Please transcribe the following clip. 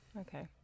okay